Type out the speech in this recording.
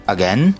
Again